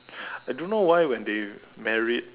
I don't know why when they married